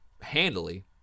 handily